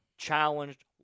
Challenged